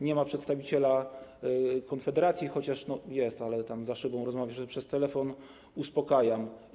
Nie ma przedstawiciela Konfederacji - chociaż jest, ale tam, za szybą rozmawia przez telefon - uspokajam go.